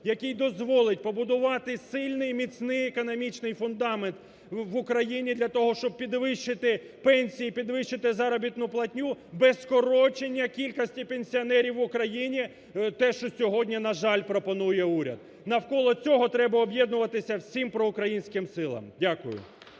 який дозволить побудувати сильний і міцний економічний фундамент в Україні для того, щоб підвищити пенсії, підвищити заробітну платню без скорочення кількості пенсіонерів в Україні, те, що сьогодні на жаль пропонує уряд. Навколо цього треба об'єднуватися всім проукраїнським силам. Дякую.